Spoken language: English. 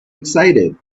excited